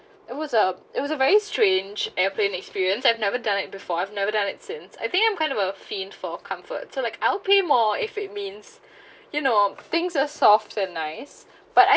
it was a it was a very strange airplane experience I've never done it before I've never done it since I think I'm kind of a fiend for comfort so like I'll pay more if it means you know things are soft and nice but ac~